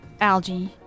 algae